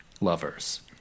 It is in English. lovers